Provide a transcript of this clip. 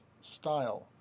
style